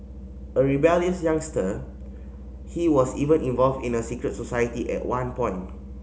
a rebellious youngster he was even involved in a secret society at one point